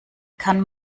kann